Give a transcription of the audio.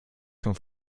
schon